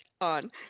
on